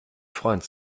freund